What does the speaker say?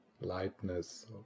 lightness